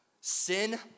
Sin